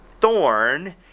thorn